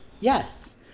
Yes